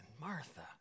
Martha